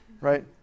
right